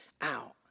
out